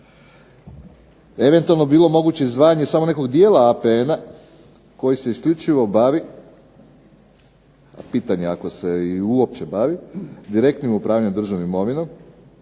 Eventualno bi bilo moguće izdvajanje samo nekog dijela APN-a koji se isključivo bavi, a pitanje je ako se i uopće bavi, direktnim upravljanjem državnom imovinom.